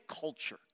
culture